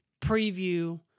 preview